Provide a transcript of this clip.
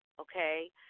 okay